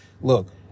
Look